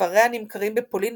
ספריה נמכרים בפולין